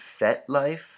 FetLife